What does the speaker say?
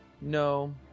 No